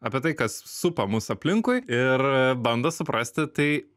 apie tai kas supa mus aplinkui ir bando suprasti tai